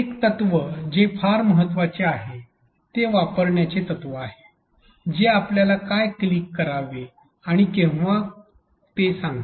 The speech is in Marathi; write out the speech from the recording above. एक तत्व जे फार महत्त्वाचे आहे ते वापरण्याचे तत्त्व आहे जे आपल्याला काय क्लिक करावे आणि केव्हा ते सांगते